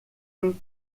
tout